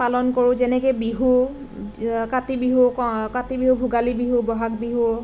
পালন কৰোঁ যেনেকৈ বিহু কাতি বিহু কাতি বিহু ভোগালী বিহু ব'হাগ বিহু